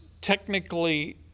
technically